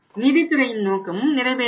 நிதித்துறையின் நோக்கமும் நிறைவேற வேண்டும்